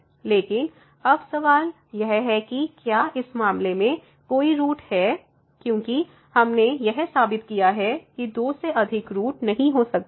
लेकिन अब सवाल यह है कि क्या इस मामले में कोई रूट है क्योंकि हमने यह साबित किया है कि दो से अधिक रूट नहीं हो सकते हैं